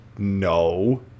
no